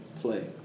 play